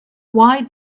why